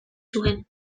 zuen